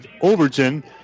Overton